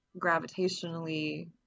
gravitationally